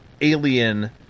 alien